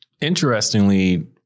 Interestingly